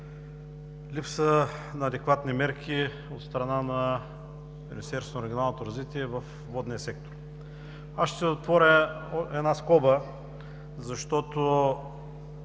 липса на адекватни мерки от страна на Министерството на регионалното развитие във водния сектор. Аз ще отворя една скоба, защото